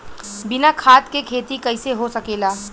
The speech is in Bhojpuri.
बिना खाद के खेती कइसे हो सकेला?